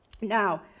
now